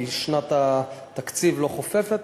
כי שנת התקציב לא חופפת,